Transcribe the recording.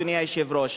אדוני היושב-ראש?